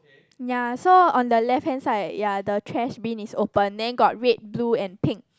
ya so on the left hand side ya the trash bin is open then got red blue and pink